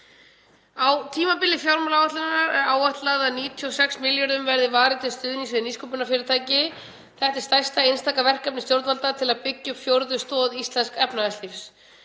Á tímabili fjármálaáætlunar er áætlað að 96 milljörðum verði varið til stuðnings við nýsköpunarfyrirtæki. Þetta er stærsta einstaka verkefni stjórnvalda til að byggja upp fjórðu stoð íslensks efnahagslífs.